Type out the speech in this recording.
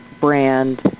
brand